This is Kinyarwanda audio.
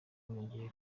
wiyongera